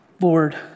Lord